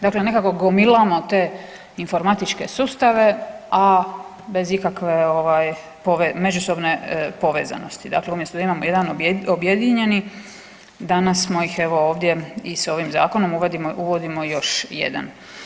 Dakle, nekako gomilamo te informatičke sustave, a bez ikakve međusobne povezanosti, dakle umjesto da imamo jedan objedinjeni danas smo ih evo ovdje i s ovim zakonom uvodimo još jedan.